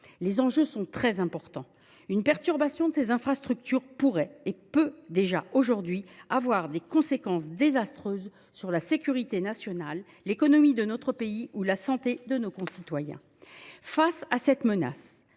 Les enjeux sont très importants. Une perturbation de ces infrastructures pourrait, et peut déjà actuellement, avoir des conséquences désastreuses sur la sécurité nationale, l’économie de notre pays ou la santé de nos concitoyens. Face à cette menace